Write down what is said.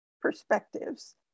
perspectives